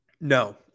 No